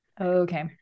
okay